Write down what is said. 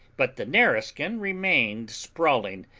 but the nareskin remained sprawling,